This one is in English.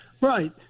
Right